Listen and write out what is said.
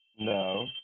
No